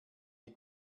die